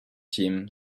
team